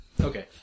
Okay